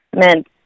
meant